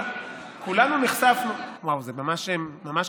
כולנו נחשפנו, וואו, זה ממש קשה.